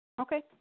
Okay